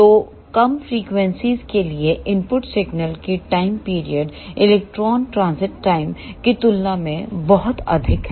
तो कम फ्रीक्वेंसीयों के लिए इनपुट सिग्नल कीटाइम पीरियड इलेक्ट्रॉन ट्रांजिट टाइम की तुलना में बहुत अधिक है